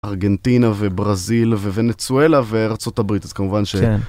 ארגנטינה וברזיל וונצואלה וארה״ב אז כמובן ש.